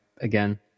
again